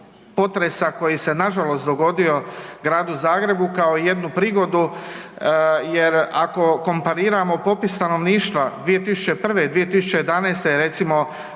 potresa koji se nažalost dogodio Gradu Zagrebu kao jednu prigodu jer ako kompariramo popis stanovništva 2001. i 2011. je recimo